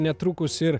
netrukus ir